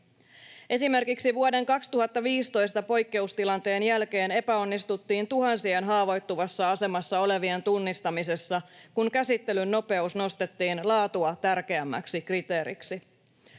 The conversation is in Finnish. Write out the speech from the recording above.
Esimerkiksi vuoden 2015 poikkeustilanteen jälkeen epäonnistuttiin tuhansien haavoittuvassa asemassa olevien tunnistamisessa, kun käsittelyn nopeus nostettiin laatua tärkeämmäksi kriteeriksi.